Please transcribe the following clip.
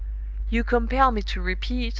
you compel me to repeat,